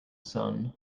sun